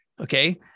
okay